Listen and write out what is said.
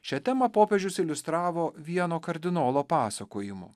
šią temą popiežius iliustravo vieno kardinolo pasakojimu